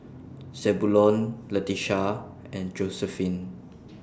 Zebulon Leticia and Josephine